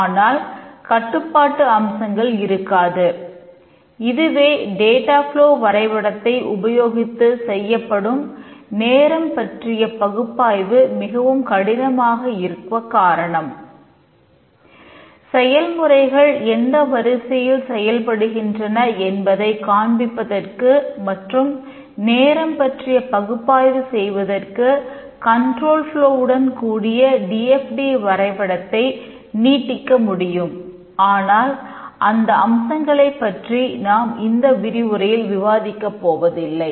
ஆனால் அந்த அம்சங்களைப் பற்றி நாம் இந்த விரிவுரையில் விவாதிக்கப் போவதில்லை